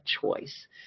choice